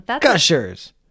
Gushers